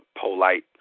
Polite